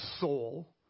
soul